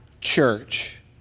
church